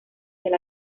del